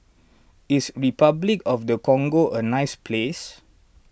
is Repuclic of the Congo a nice place